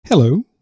Hello